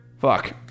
fuck